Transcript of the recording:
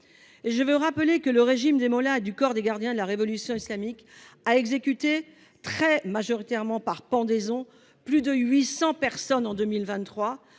que s’amplifier. Le régime des mollahs et le corps des gardiens de la révolution islamique ont exécuté, très majoritairement par pendaison, plus de 800 personnes en 2023,